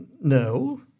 No